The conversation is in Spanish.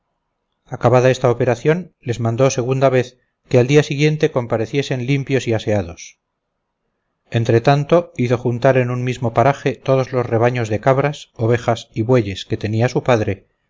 estadios acabada esta operación les mandó segunda vez que al día siguiente compareciesen limpios y aseados entretanto hizo juntar en un mismo paraje todos los rebaños de cabras ovejas y bueyes que tenía su padre